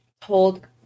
told